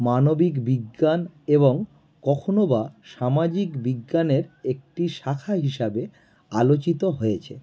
মানবিক বিজ্ঞান এবং কখনও বা সামাজিক বিজ্ঞানের একটি শাখা হিসাবে আলোচিত হয়েছে